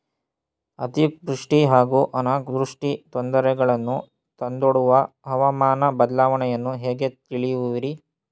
ಅತಿವೃಷ್ಟಿ ಹಾಗೂ ಅನಾವೃಷ್ಟಿ ತೊಂದರೆಗಳನ್ನು ತಂದೊಡ್ಡುವ ಹವಾಮಾನ ಬದಲಾವಣೆಯನ್ನು ಹೇಗೆ ತಿಳಿಯುವಿರಿ?